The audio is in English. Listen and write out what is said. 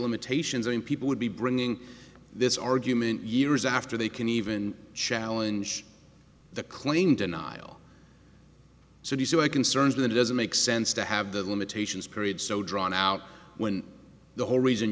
limitations and people would be bringing this argument years after they can even challenge the claim denial so you see my concerns that it doesn't make sense to have the limitations period so drawn out when the whole reason